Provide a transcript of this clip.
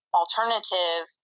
alternative